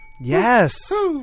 Yes